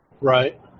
right